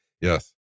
yes